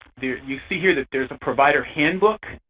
you see here that there's a provider handbook